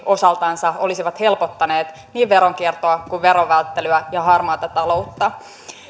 osaltansa olisivat helpottaneet niin veronkiertoa kuin veronvälttelyä ja harmaata taloutta